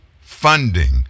funding